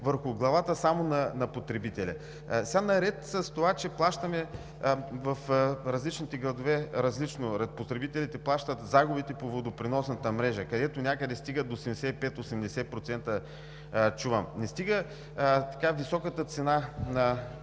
върху главата само на потребителя. Наред с това, че плащаме в различните градове различно, потребителите плащат загубите по водопреносната мрежа, където чувам, че някъде стигат до 75 – 80%, не стига високата цена на